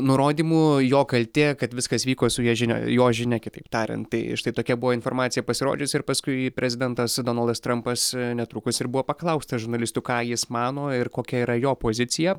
nurodymu jo kaltė kad viskas vyko su ja žinia jo žinia kitaip tariant tai štai tokia buvo informacija pasirodžiusi ir paskui prezidentas donaldas trampas netrukus ir buvo paklaustas žurnalistų ką jis mano ir kokia yra jo pozicija